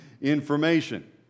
information